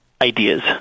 ideas